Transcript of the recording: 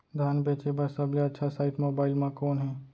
धान बेचे बर सबले अच्छा साइट मोबाइल म कोन हे?